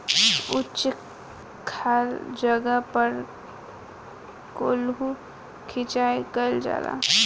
उच्च खाल जगह पर कोल्हू सिचाई कइल जाला